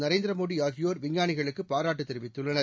நரேந்திர மோடி ஆகியோர் விஞ்ஞானிகளுக்கு பாராட்டு தெரிவித்துள்ளனர்